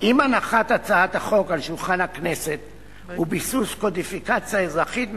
עם הנחת הצעת החוק על שולחן הכנסת וביסוס קודיפיקציה אזרחית מקורית,